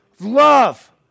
love